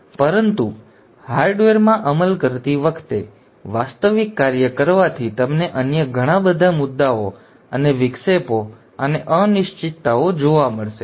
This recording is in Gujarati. પરંતુ હાર્ડવેરમાં અમલ કરતી વખતે વાસ્તવિક કાર્ય કરવાથી તમને અન્ય ઘણા બધા મુદ્દાઓ અને વિક્ષેપો અને અનિશ્ચિતતાઓ મળશે